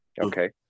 Okay